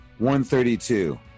132